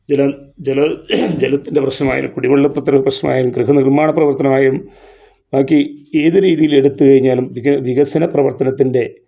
ജലം ജലം ജലത്തിൻ്റെ പ്രശ്നവായാലും കുടിവെള്ള പത്ര പ്രശ്നവായാലും ഗൃഹ നിർമ്മാണ പ്രവർത്തനമായും ബാക്കി ഏത് രീതീയിലെടുത്ത് കഴിഞ്ഞാലും വിക വികസന പ്രവർത്തനത്തിൻ്റെ